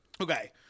Okay